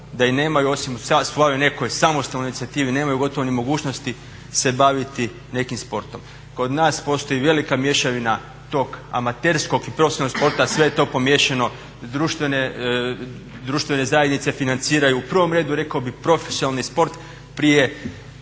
da i nemaju osim u svojoj nekoj samostalnoj inicijativi nemaju gotovo ni mogućnosti se baviti nekim sportom. Kod nas postoji velika mješavina tog amaterskog i profesionalnog sporta, sve je to pomiješano, društvene zajednice financiraju u prvom redu rekao bih profesionalni sport. Prije